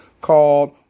called